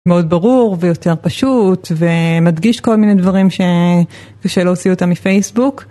מאוד ברור ויותר פשוט ומדגיש כל מיני דברים שלא הוציאו אותם מפייסבוק.